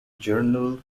general